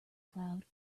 cloud